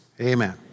Amen